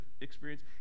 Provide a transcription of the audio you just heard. experience